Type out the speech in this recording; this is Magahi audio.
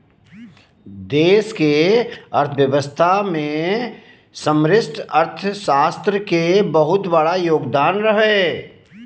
देश के अर्थव्यवस्था मे समष्टि अर्थशास्त्र के बहुत बड़ा योगदान रहो हय